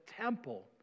temple